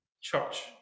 Church